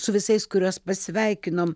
su visais kuriuos pasveikinom